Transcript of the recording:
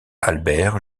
albert